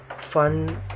fun